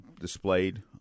displayed